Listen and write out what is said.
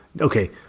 okay